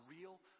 real